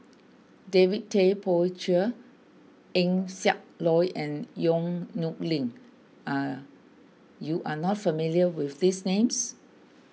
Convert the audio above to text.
David Tay Poey Cher Eng Siak Loy and Yong Nyuk Lin you are not familiar with these names